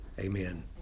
Amen